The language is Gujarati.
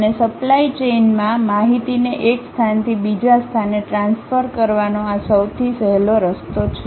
અને સપ્લાય ચેઇનમાં માહિતીને એક સ્થાનથી બીજા સ્થાને ટ્રાન્સફર કરવાનો આ સૌથી સહેલો રસ્તો છે